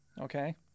okay